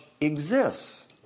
exists